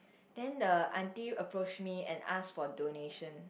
then the auntie approach me and ask for donation